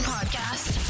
Podcast